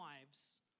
lives